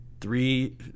three